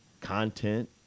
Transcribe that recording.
content